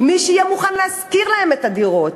מי שיהיה מוכן להשכיר להם דירה.